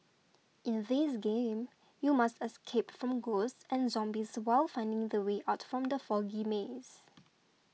in this game you must escape from ghosts and zombies while finding the way out from the foggy maze